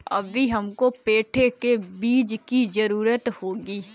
अभी हमको पेठे के बीज की जरूरत होगी